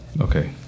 Okay